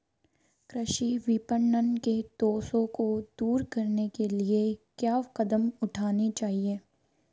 कृषि विपणन के दोषों को दूर करने के लिए क्या कदम उठाने चाहिए?